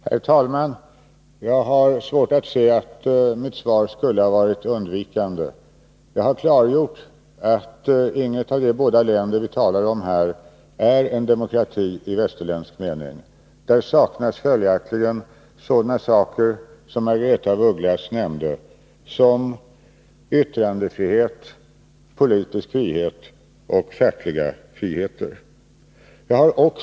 Herr talman! Jag har svårt att se att mitt svar skulle vara undvikande. Jag har klargjort att inget av de båda länder som vi talar om här är en demokrati i västerländsk mening. Där saknas följaktligen sådana saker som Margaretha af Ugglas nämnde — yttrandefrihet, politisk frihet och facklig frihet.